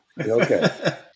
Okay